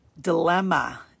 dilemma